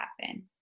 happen